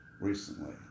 recently